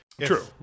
true